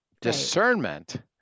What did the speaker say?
Discernment